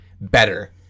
better